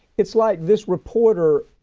it's like this reporter,